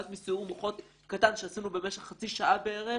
רק מסיעור מוחות קטן שעשינו במשך חצי שעה בערך